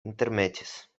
intermetis